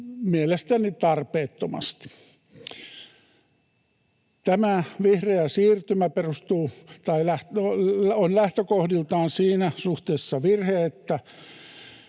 mielestäni tarpeettomasti. Tämä vihreä siirtymä on lähtökohdiltaan siinä suhteessa virhe,